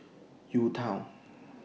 U Town